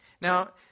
Now